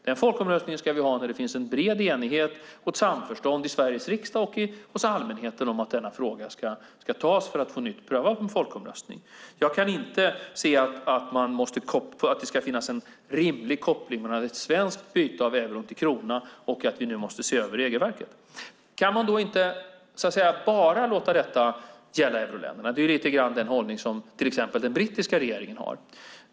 Den folkomröstningen ska vi ha när det finns en bred enighet och ett samförstånd i Sveriges riksdag och hos allmänheten om att denna fråga på nytt ska prövas i en folkomröstning. Jag kan inte se att det finns en rimlig koppling mellan ett svenskt byte av krona till euro och att vi nu måste se över regelverket. Kan man då inte låta detta bara gälla euroländerna? Det är den hållning som till exempel den brittiska regeringen har.